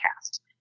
cast